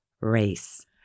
Race